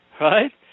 Right